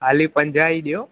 हाली पंजाह ई ॾियो